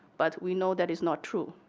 but we know that is not true.